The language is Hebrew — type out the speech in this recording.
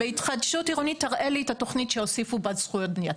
בהתחדשות עירונית תראה לי תוכנית שהוסיפו לה זכויות בנייה.